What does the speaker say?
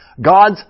God's